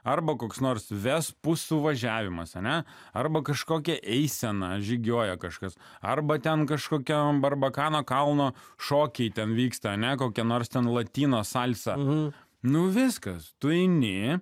arba koks nors vespų suvažiavimas ane arba kažkokia eisena žygiuoja kažkas arba ten kažkokiam barbakano kalno šokiai ten vyksta ne kokia nors ten latėno salsa nu nu viskas tu eini